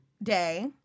Day